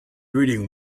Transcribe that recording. reading